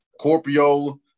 Corpio